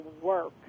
work